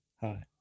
Hi